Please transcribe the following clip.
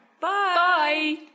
Bye